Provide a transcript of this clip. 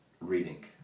reading